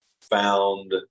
found